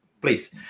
please